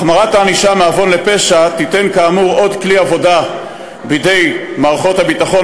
החמרת הענישה מעוון לפשע תיתן כאמור עוד כלי עבודה בידי מערכות הביטחון,